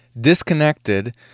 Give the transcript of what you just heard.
disconnected